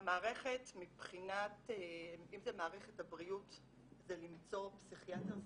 אם זה מערכת הבריאות זה למצוא פסיכיאטר זמין,